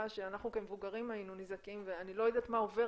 שאנחנו כמבוגרים היינו נזעקים ואני לא יודעת מה עובר